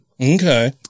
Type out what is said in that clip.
Okay